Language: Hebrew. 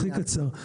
הכי קצר.